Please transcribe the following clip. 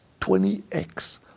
20x